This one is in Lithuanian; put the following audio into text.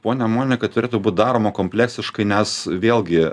ponia monika turėtų būt daroma kompleksiškai nes vėlgi